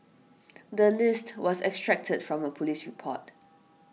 the list was extracted from a police report